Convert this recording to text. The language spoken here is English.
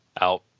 out